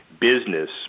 business